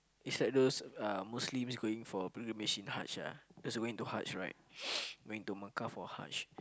it's like those uh Muslims going for pilgrimage in Haj ah just going to Haj right going to Mecca for Haj